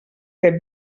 que